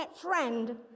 friend